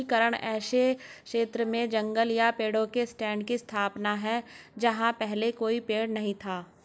वनीकरण ऐसे क्षेत्र में जंगल या पेड़ों के स्टैंड की स्थापना है जहां पहले कोई पेड़ नहीं था